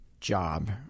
job